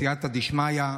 בסייעתא דשמיא,